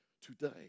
Today